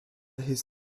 his